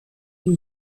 die